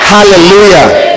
Hallelujah